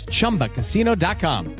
ChumbaCasino.com